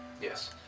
Yes